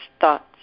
thoughts